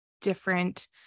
different